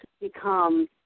become